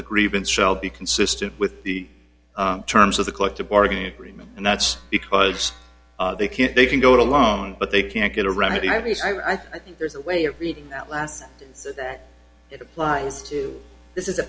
the grievance shall be consistent with the terms of the collective bargaining agreement and that's because they can't they can go alone but they can't get a remedy ivy's i think there's a way of reading less so that it applies to this is a